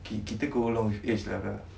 kita go along with age lah kak